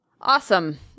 Awesome